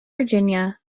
virginia